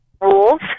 rules